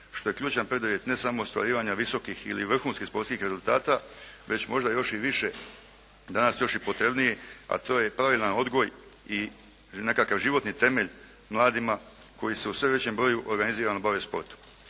što je ključan preduvjet ne samo ostvarivanja visokih ili vrhunskih sportskih rezultata već možda još i više, danas još i potrebnije, a to je pravilan odgoj i nekakav životni temelj mladima koji se u sve većem broju organizirano bave sportom.